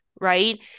right